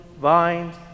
vines